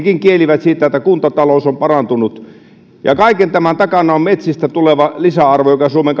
kielivät siitä että kuntatalous on parantunut kaiken tämän takana on metsistä tuleva lisäarvo joka suomen